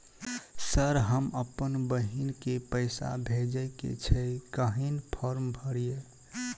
Sir हम अप्पन बहिन केँ पैसा भेजय केँ छै कहैन फार्म भरीय?